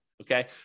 Okay